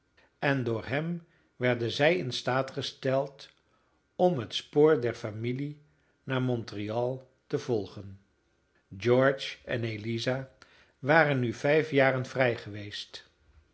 en door hem werden zij in staat gesteld om het spoor der familie naar montreal te volgen george en eliza waren nu vijf jaren vrij geweest